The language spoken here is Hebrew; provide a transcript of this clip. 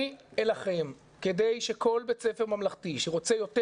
אני אלחם כדי שכל בית ספר ממלכתי שרוצה יותר